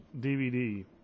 DVD